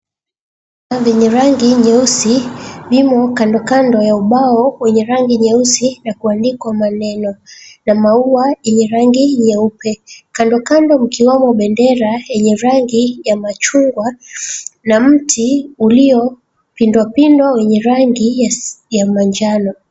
Vyenye rangi nyeusi vimo kandokando ya ubao wenye rangi nyeusi na kuandikwa maneno na maua yenye rangi nyeupe. Kandokando mkiwamo bendera yenye rangi ya machungwa na mti uliopindwapindwa wenye rangi ya manjano.